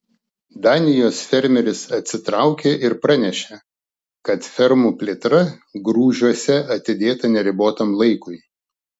danijos fermeris atsitraukė ir pranešė kad fermų plėtra grūžiuose atidėta neribotam laikui